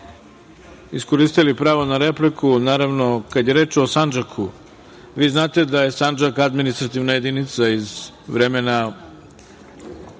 iskoristili pravo na repliku. Naravno, kada je reč o Sandžaku, vi znate da je sandžak administrativna jedinica iz vremena